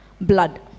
blood